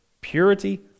Purity